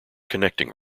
connecting